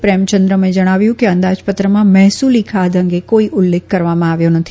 પ્રેમચંદ્રમએ જણાવ્યું કે અંદાજપત્રમાં મહેસુલી ખાદ્ય અંગે કોઈ ઉલ્લેખ કરવામાં આવ્યો નથી